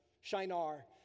Shinar